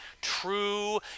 true